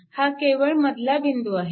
हा केवळ मधला बिंदू आहे